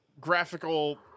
graphical